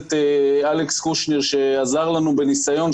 הכנסת אלכס קושניר שעזר לנו בניסיון ,